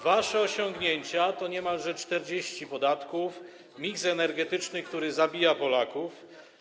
Wasze osiągnięcia to niemalże 40 podatków, miks energetyczny, który zabija Polaków.